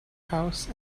house